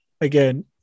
again